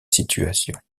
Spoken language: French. situation